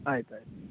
ಆಯ್ತು ಆಯ್ತು